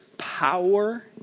Power